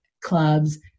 clubs